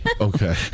Okay